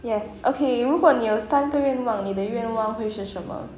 yes okay 如果你有三个愿望你的愿望会是什么